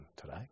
today